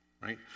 right